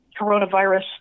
coronavirus